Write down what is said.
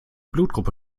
blutgruppe